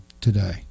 today